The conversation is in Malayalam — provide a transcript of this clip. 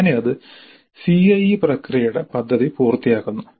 അങ്ങനെ അത് CIE പ്രക്രിയയുടെ പദ്ധതി പൂർത്തിയാക്കുന്നു